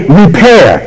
repair